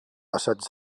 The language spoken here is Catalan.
assaig